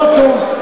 לא טוב,